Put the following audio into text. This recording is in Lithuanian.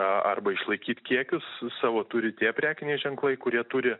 a arba išlaikyt kiekius su savo turi tie prekiniai ženklai kurie turi